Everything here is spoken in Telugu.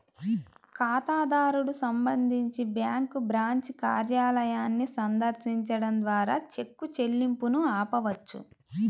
ఖాతాదారుడు సంబంధించి బ్యాంకు బ్రాంచ్ కార్యాలయాన్ని సందర్శించడం ద్వారా చెక్ చెల్లింపును ఆపవచ్చు